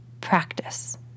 practice